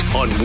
on